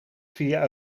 via